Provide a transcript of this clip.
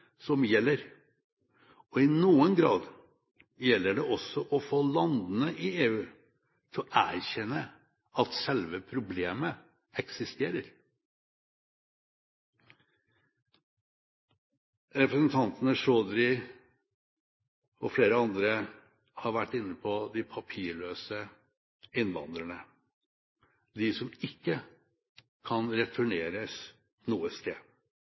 og i noen grad gjelder det også å få landene i EU til å erkjenne at selve problemet eksisterer. Representanten Akhtar Chaudhry og flere andre har vært inne på de papirløse innvandrerne, de som ikke kan returneres noe sted,